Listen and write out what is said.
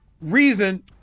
reason